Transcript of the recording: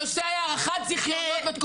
הנושא היה הארכת זיכיונות בתקופת הקורונה.